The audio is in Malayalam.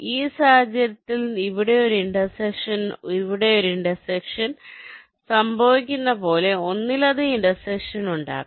ഈ സാഹചര്യത്തിൽ ഇവിടെ ഒരു ഇന്റർസെക്ഷൻ ഒരു ഇന്റർസെക്ഷൻ സംഭവിക്കുന്നത് പോലെ ഒന്നിലധികം ഇന്റർസെക്ഷൻ ഉണ്ടാകാം